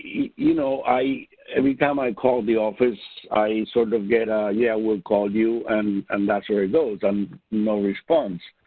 you you know, i every time i call the office, i sort of yes, ah yeah we'll call you and and that's where it goes and no response.